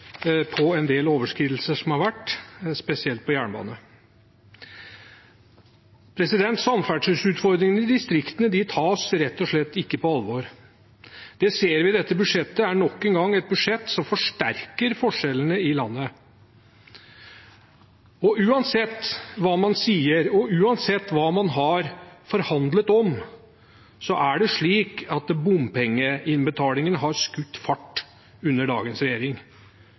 betale en del overskridelser som har vært, spesielt på jernbane. Samferdselsutfordringene i distriktene tas rett og slett ikke på alvor. Det ser vi. Dette er nok en gang et budsjett som forsterker forskjellene i landet. Uansett hva man sier, og uansett hva man har forhandlet om, har bompengeinnbetalingen skutt fart under dagens regjering